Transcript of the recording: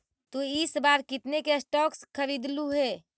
तु इस बार कितने के स्टॉक्स खरीदलु हे